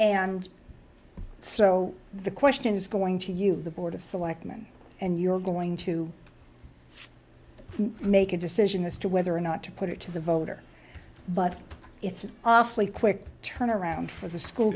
and so the question is going to you the board of selectmen and you're going to make a decision as to whether or not to put it to the voter but it's an awfully quick turnaround for the school